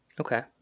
Okay